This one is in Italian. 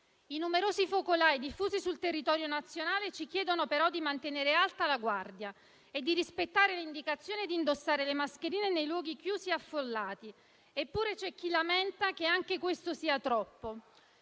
I numerosi focolai diffusi sul territorio nazionale ci chiedono, però, di mantenere alta la guardia e di rispettare l'indicazione di indossare le mascherine nei luoghi chiusi e affollati. Eppure, c'è chi lamenta che anche questo sia troppo.